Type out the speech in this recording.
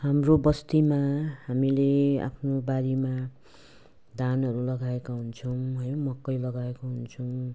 हाम्रो बस्तीमा हामीले आफ्नो बारीमा धानहरू लगाएको हुन्छौँ है मकै लगाएको हुन्छौँ